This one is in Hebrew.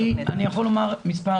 אני יכול לומר מספר